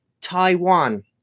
Taiwan